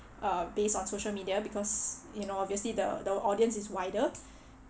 uh based on social media because you know obviously the the audience is wider